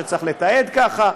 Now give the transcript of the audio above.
שצריך לתעד ככה,